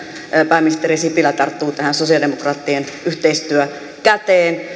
pääministeri sipilä tarttuu tähän sosialidemokraattien yhteistyökäteen